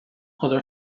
other